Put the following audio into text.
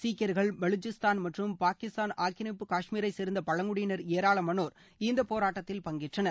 சீக்கியர்கள் பலுசிஸ்தான் மற்றும் பாகிஸ்தான் ஆக்கிரமிப்பு கஷ்மீரைச் சேர்ந்த பழங்குடியினர் ஏராளமானோர் இந்தப் போராட்டத்தில் பங்கேற்றனர்